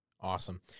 Awesome